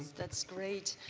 that's great.